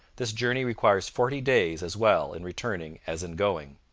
this journey requires forty days as well in returning as in going.